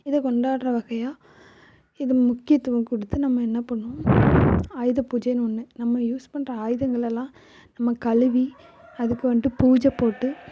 இதை கொண்டாடுற வகையாக இதை முக்கியத்துவம் கொடுத்து நம்ம என்ன பண்ணுவோம் ஆயுத பூஜைன்னு ஒன்று நம்ம யூஸ் பண்ணுற ஆயுதங்களெல்லாம் நம்ம கழுவி அதுக்கு வந்துட்டு பூஜை போட்டு